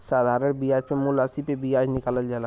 साधारण बियाज मे मूल रासी पे बियाज निकालल जाला